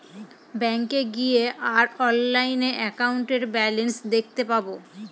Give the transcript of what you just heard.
ব্যাঙ্কে গিয়ে আর অনলাইনে একাউন্টের ব্যালান্স দেখতে পাবো